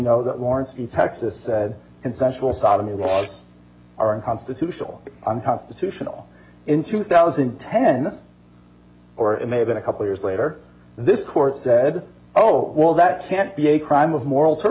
know that lawrence v texas said consensual sodomy laws aren't constitutional unconstitutional in two thousand and ten or it may have been a couple years later this court said oh well that can't be a crime of moral